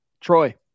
troy